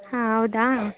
ಹಾಂ ಹೌದಾ